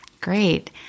great